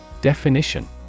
Definition